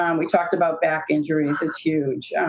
um we talked about back injuries. it's huge.